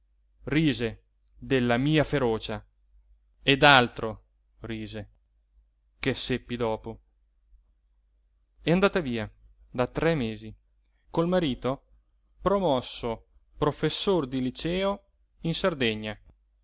rise della mia ferocia e d'altro rise che seppi dopo è andata via da tre mesi col marito promosso professor di liceo in sardegna